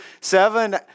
seven